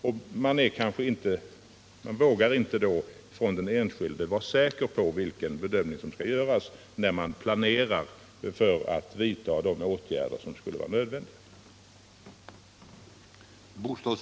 Med anledning av den formuleringen kan kanske inte den enskilde — när han planerar för de åtgärder som kan anses nödvändiga — vara säker på vilken bedömning som kommer att göras.